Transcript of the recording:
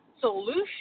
solution